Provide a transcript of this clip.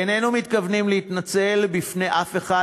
איננו מתכוונים להתנצל בפני אף אחד,